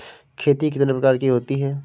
खेती कितने प्रकार की होती है?